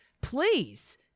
please